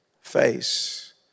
Face